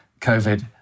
covid